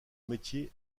métier